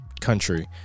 Country